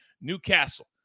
Newcastle